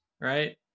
right